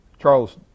Charles